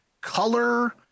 color